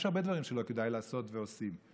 יש הרבה דברים שכדאי לעשות ולא עושים.